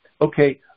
Okay